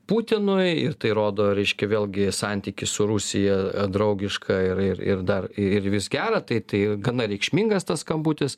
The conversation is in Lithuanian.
putinui ir tai rodo reiškia vėlgi santykį su rusija draugišką ir ir ir dar ir vis gerą tai tai gana reikšmingas tas skambutis